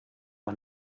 man